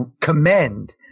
commend